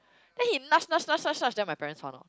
then he nudge nudge nudge nudge nudge then my parents found out